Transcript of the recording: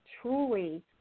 truly